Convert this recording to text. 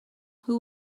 who